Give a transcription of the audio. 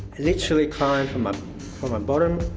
literally climb from ah my bottom,